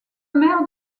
mère